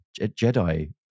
Jedi